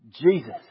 Jesus